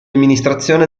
amministrazione